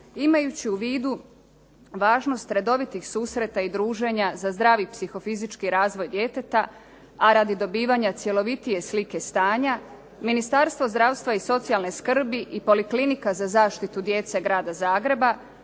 imajući u vidu važnost redovitih susreta i druženja za zdravi psihofizički razvoj djeteta, a radi dobivanja cjelovitije slike stanja Ministarstvo zdravstva i socijalne skrbi i poliklinika za zaštitu djece Grada Zagreba